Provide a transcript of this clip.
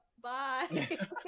Bye